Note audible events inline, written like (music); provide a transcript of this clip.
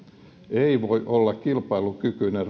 ei voi olla kilpailukykyinen (unintelligible)